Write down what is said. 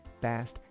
Fast